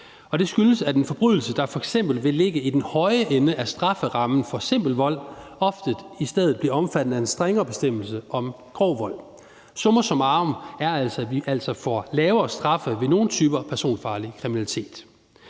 Det skyldes, at en forbrydelse, der f.eks. vil ligge i den høje ende af strafferammen for simpel vold, ofte i stedet bliver omfattet af en strengere bestemmelse om grov vold. Summa summarum er altså, at vi får lavere straffe for nogle typer af personfarlig kriminalitet.